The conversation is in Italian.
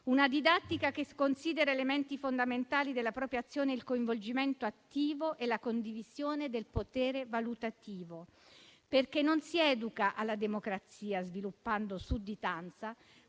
Una didattica che considera elementi fondamentali della propria azione il coinvolgimento attivo e la condivisione del potere valutativo. Non si educa infatti alla democrazia sviluppando sudditanza,